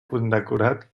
condecorat